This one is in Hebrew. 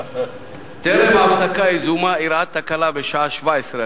טרם ההפסקה היזומה אירעה תקלה בשעה 17:00,